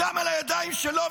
הדם על הידיים שלו,